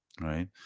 right